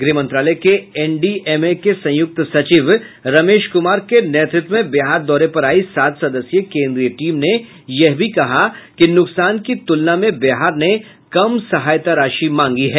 गृह मंत्रालय के एनडीएमए के संयुक्त सचिव रमेश कुमार के नेतृत्व में बिहार दौरे पर आयी सात सदस्यीय केंद्रीय टीम ने यह भी कहा कि नुकसान की तुलना में बिहार ने कम सहायता राशि मांगी है